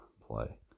play